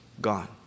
gone